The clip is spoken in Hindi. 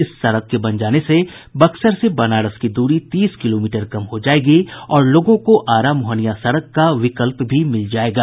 इस सड़क के बन जाने से बक्सर से बनारस की दूरी तीस किलोमीटर कम हो जायेगी और लोगों को आरा मोहनिया सड़क का विकल्प भी मिल जायेगा